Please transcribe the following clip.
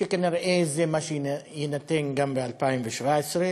שכנראה זה מה שיינתן גם ב-2017,